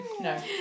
no